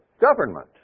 government